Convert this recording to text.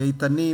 "איתנים",